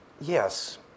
Yes